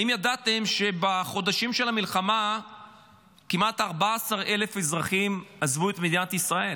האם ידעתם שבחודשים של המלחמה כמעט 14,000 אזרחים עזבו את מדינת ישראל?